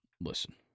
listen